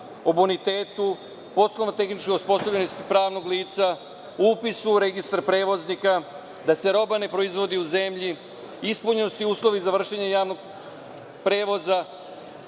o bonitetu, poslovno-tehničkoj osposobljenosti pravnog lica, upis u registar prevoznika, da se roba ne proizvodi u zemlji, ispunjenost i uslovi za vršenje javnog prevoza,